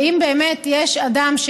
ואם באמת יש אדם,